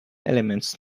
elements